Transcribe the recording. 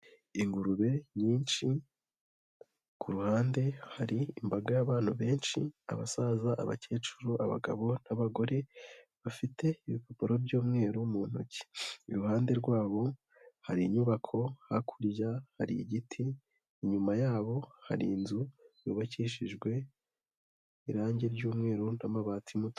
Ingurube nyinshi ku ruhande hari imbaga y'abantu benshi, abasaza, abakecuru, abagabo n'abagore bafite ibipapuro by'umweru mu ntoki. Iruhande rwabo hari inyubako, hakurya hari igiti, inyuma yabo hari inzu yubakishijwe irange ry'umweru n'amabati.